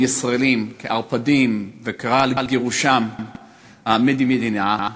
ישראלים כערפדים וקראו לגירושם מהמדינה.